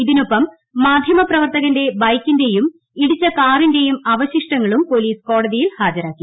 ഇതിനൊപ്പം മാധ്യമ പ്രവർത്തകള്ളൂർ പ്രഖ്ബെക്കിന്റെയും ഇടിച്ച കാറിന്റെയും അവശിഷ്ടങ്ങളും പോലീസ് ക്ലോടിതിയിൽ ഹാജരാക്കി